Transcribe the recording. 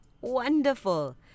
Wonderful